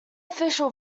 official